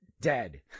dead